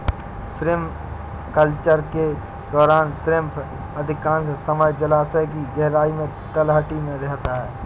shrimp culture के दौरान shrimp अधिकांश समय जलायश की गहराई में तलहटी में रहता है